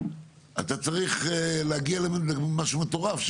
אתה צריך להגיע למשהו מטורף,